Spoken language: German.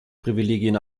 privilegien